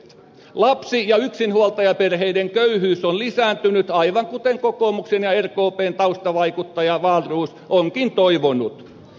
lapsi ja yksinhuoltajaperheiden köyhyys on lisääntynyt aivan kuten kokoomuksen ja rkpn taustavaikuttaja wahlroos onkin toivonut